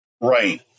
Right